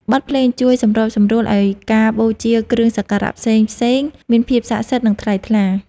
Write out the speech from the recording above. បទភ្លេងជួយសម្របសម្រួលឱ្យការបូជាគ្រឿងសក្ការៈផ្សេងៗមានភាពសក្ដិសិទ្ធិ និងថ្លៃថ្លា។